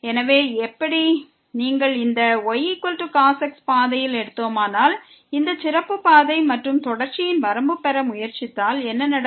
எனவே நீங்கள் இந்த ycos x பாதையில் எடுத்தோமானால் மற்றும் தொடர்ச்சியின் வரம்பை பெற முயற்சித்தால் என்ன நடக்கும்